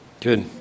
Good